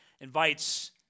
invites